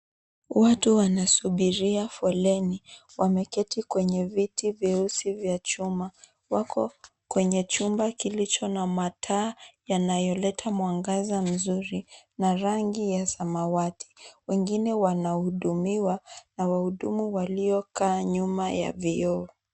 Watu wanasubiria foleni. Wameketi kwenye viti vyeusi vya chuma. Wako kwenye chumba kilicho na mataa yanayoleta mwangaza mzuri na rangi ya samawati. Wengine wanahudumiwa na wahudumu waliokaa nyuma ya vioo.